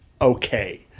okay